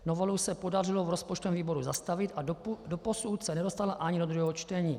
Novelu se podařilo v rozpočtovém výboru zastavit a doposud se nedostala ani do druhého čtení.